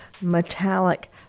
metallic